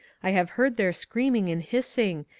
i have heard their screaming and hissing,